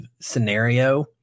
scenario